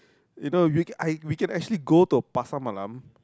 you know we can I we can actually go to a Pasar Malam